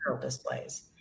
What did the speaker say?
displays